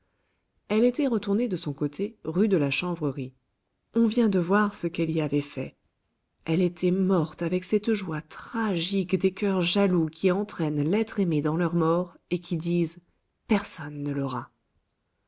elle était retournée de son côté rue de la chanvrerie on vient de voir ce qu'elle y avait fait elle était morte avec cette joie tragique des coeurs jaloux qui entraînent l'être aimé dans leur mort et qui disent personne ne l'aura